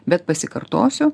bet pasikartosiu